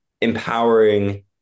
empowering